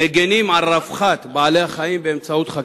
מגינים על רווחת בעלי-החיים באמצעות חקיקה,